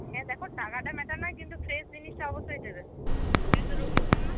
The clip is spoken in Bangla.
হ্যাঁ দেখো টাকাটা ম্যাটার নয় কিন্তু ফ্রেশ জিনিসটা অবশ্যই দেবে যেহেতু রোগীর জন্য